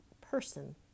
person